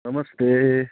नमस्ते